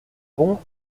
bon